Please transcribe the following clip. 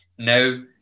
Now